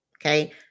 Okay